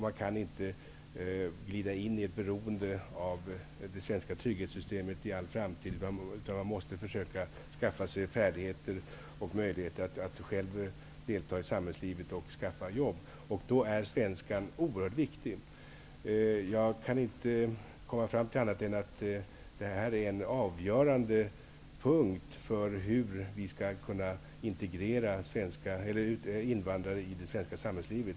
Man kan inte glida in i ett beroende av det svenska trygghetssystemet i all framtid, utan man måste försöka att skaffa sig färdigheter och möjligheter att själv delta i samhällslivet och att skaffa jobb. Då är svenskan oerhört viktig. Jag kan inte komma fram till annat än att svenskkunskaperna är avgörande för att invandrare skall kunna integreras i det svenska samhällslivet.